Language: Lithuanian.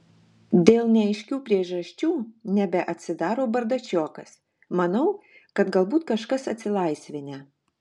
dėl neaiškių priežasčių nebeatsidaro bardačiokas manau kad galbūt kažkas atsilaisvinę